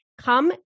come